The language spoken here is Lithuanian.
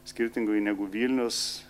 skirtingai negu vilnius